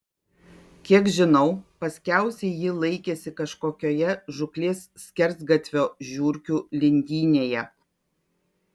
kiek žinau paskiausiai ji laikėsi kažkokioje žūklės skersgatvio žiurkių lindynėje